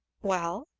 well?